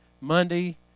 Monday